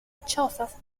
chozas